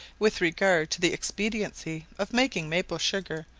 with regard to the expediency of making maple-sugar,